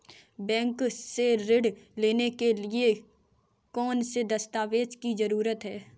Bank से ऋण लेने के लिए कौन से दस्तावेज की जरूरत है?